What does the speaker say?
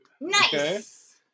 Nice